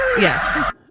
Yes